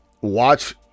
Watch